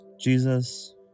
Jesus